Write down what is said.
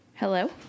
Hello